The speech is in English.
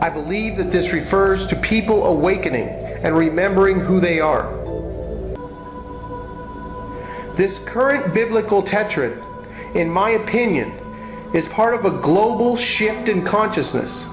i believe that this refers to people awakening and remembering who they are this current biblical tetra in my opinion is part of a global shift in consciousness